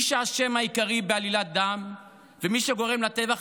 האשם העיקרי בעלילת דם ומי שגורם לטבח